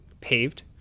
paved